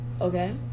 okay